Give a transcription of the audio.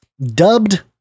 Dubbed